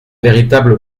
véritable